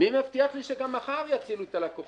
מי מבטיח לי שגם מחר יצילו את הלקוחות?